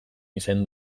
izan